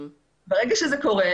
יש פליטה לתוך הבית.